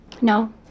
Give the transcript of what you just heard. No